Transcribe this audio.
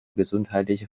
gesundheitliche